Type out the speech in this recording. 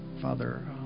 Father